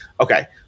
Okay